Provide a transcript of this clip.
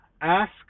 ask